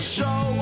Show